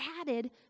added